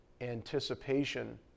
anticipation